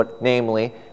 Namely